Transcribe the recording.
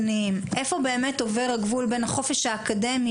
איפה באמת עובר הגבול בין החופשי האקדמי